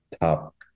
top